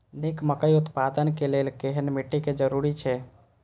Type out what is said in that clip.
निक मकई उत्पादन के लेल केहेन मिट्टी के जरूरी छे?